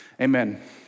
Amen